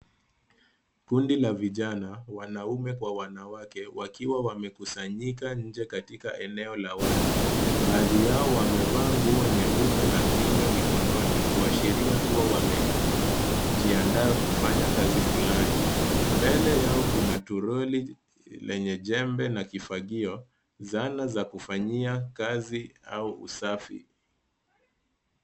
Kundi la vijana, wanaume kwa wanawake wakiwa wamekusanyika nje katika eneo la wazi. Baadhi yao wamevaa nguo nyeupe na kinga mikononi kuashiria kuwa wamejiandaa kufanya kazi fulani. Mbele yao kuna troli lenye jembe na kifagio, zana za kufanyia kazi au usafi.